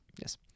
Yes